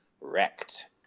wrecked